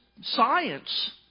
science